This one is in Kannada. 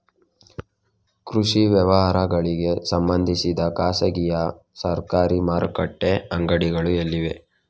ಕೃಷಿ ವ್ಯವಹಾರಗಳಿಗೆ ಸಂಬಂಧಿಸಿದ ಖಾಸಗಿಯಾ ಸರಕಾರಿ ಮಾರುಕಟ್ಟೆ ಅಂಗಡಿಗಳು ಎಲ್ಲಿವೆ?